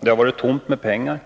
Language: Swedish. Det har varit tomt med pengar,